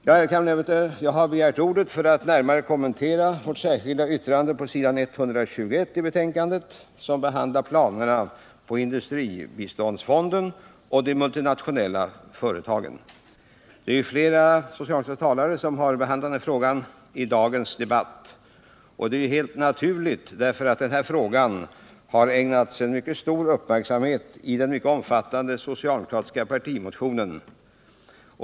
Jag har begärt ordet för att närmare kommentera vårt särskilda yttrande på s. 121 i betänkandet, som behandlar planerna på industribiståndsfonden och de multinationella företagen. Flera socialdemokratiska talare har behandlat denna fråga i dagens debatt, och det är helt naturligt eftersom frågan har ägnats stor uppmärksamhet i den mycket omfattande socialdemokratiska partimotionen.